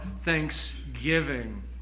thanksgiving